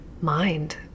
mind